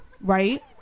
right